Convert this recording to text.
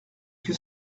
que